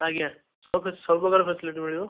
ଆଜ୍ଞା ସବୁପ୍ରକାର ଫେସିଲିଟି ମିଳିବ